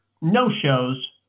no-shows